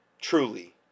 truly